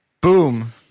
Boom